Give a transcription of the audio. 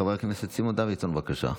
חבר הכנסת סימון דוידסון, בבקשה.